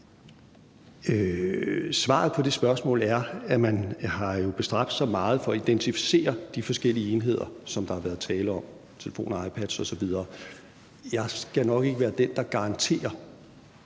Svaret på det spørgsmål er, at man jo har bestræbt sig meget for at identificere de forskellige enheder, som der har været tale om, telefoner, iPads osv. Jeg skal nok ikke være den, der garanterer,